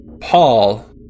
Paul